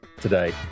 today